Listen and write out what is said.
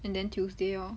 and then tuesday lor